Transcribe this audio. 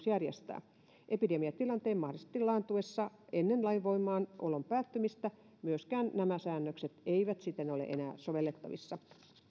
järjestää epidemiatilanteen mahdollisesti laantuessa ennen lain voimassaolon päättymistä myöskään nämä säännökset eivät siten ole enää sovellettavissa